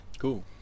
Cool